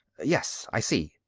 yes. i see.